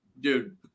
Dude